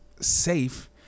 safe